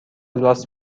لاس